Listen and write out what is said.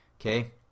okay